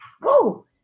Go